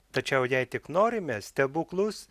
tačiau jei tik norime stebuklus